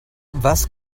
was